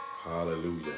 Hallelujah